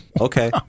Okay